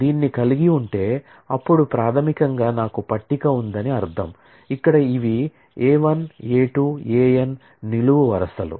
దీన్ని కలిగి ఉంటే అప్పుడు ప్రాథమికంగా నాకు పట్టిక ఉందని అర్థం ఇక్కడ ఇవి A 1 A 2 A n నిలువు వరుసలు